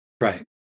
Right